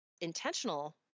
intentional